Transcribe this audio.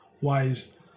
wise